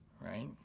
right